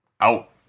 out